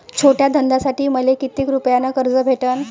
छोट्या धंद्यासाठी मले कितीक रुपयानं कर्ज भेटन?